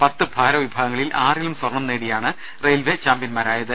പത്ത് ഭാര വിഭാഗങ്ങളിൽ ആറിലും സ്വർണ്ണം നേടിയാണ് റെയിൽവെ ചാമ്പ്യൻമാരായത്